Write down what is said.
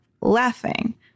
laughing